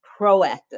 proactive